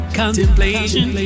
contemplation